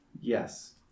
Yes